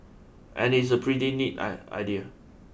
and it's a pretty neat I idea